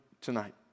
tonight